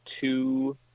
two